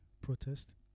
protest